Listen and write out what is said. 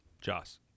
Joss